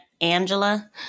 Angela